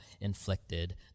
inflicted